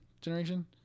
generation